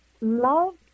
love